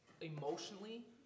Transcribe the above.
emotionally